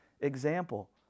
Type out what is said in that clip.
example